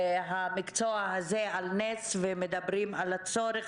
המקצוע הזה על נס ומדברים על הצורך